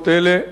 במקומות אלה.